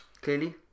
clearly